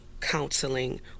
counseling